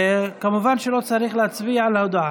מובן שלא צריך להצביע על ההודעה.